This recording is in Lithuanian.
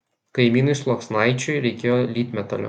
kaimynui sluoksnaičiui reikėjo lydmetalio